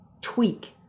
tweak